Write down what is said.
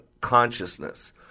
consciousness